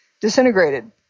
disintegrated